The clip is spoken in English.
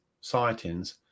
sightings